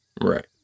Right